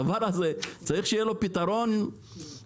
הדבר הזה צריך שיהיה לו פתרון מהשורש,